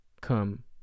come